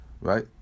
right